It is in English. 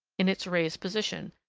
in its raised position,